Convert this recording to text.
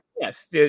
yes